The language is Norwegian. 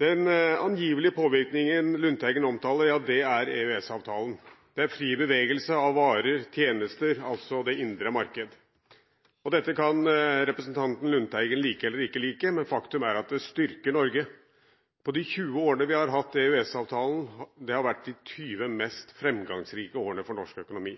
Den angivelige påvirkningen Lundteigen omtaler, ja, det er EØS-avtalen. Det er fri bevegelse av varer og tjenester – altså det indre marked – og dette kan representanten Lundteigen like eller ikke like, men faktum er at det styrker Norge. De 20 årene vi har hatt EØS-avtalen, har vært de 20 mest fremgangsrike årene for norsk økonomi.